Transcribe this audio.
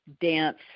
dance